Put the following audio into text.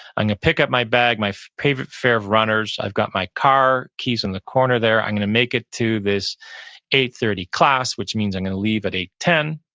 i'm going to pick up my bag, my favorite pair of runners. i've got my car keys in the corner there. i'm going to make it to this eight thirty class, which means i'm going to leave at eight ten.